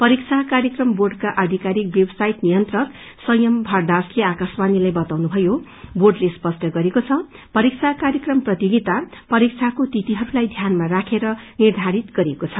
परीक्षा कार्यक्रम बोर्डका आधिकारिक वेबसाइट नियंत्रक संयम भारदाजले आकाशवाणीलाई बताउनुभयो कि बोर्डले स्पष्ट गरेको छ परीक्षा कार्यक्रम प्रतियोगिता परीक्षाको तिथिहरूलाई ध्यानमा राखेर निर्धारित गरिएको छ